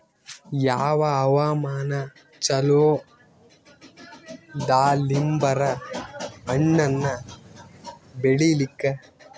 ಯಾವ ಹವಾಮಾನ ಚಲೋ ದಾಲಿಂಬರ ಹಣ್ಣನ್ನ ಬೆಳಿಲಿಕ?